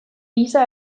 gisa